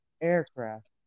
aircraft